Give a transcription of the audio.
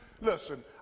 listen